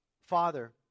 Father